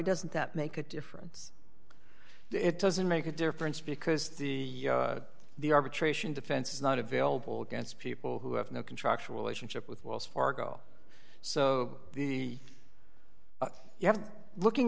doesn't that make a difference it doesn't make a difference because the the arbitration defense is not available against people who have no contractual a ship with wells fargo so the you have looking